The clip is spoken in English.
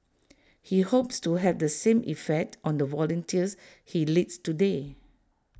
he hopes to have the same effect on the volunteers he leads today